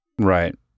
Right